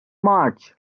march